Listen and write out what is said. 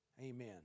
amen